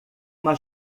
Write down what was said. uma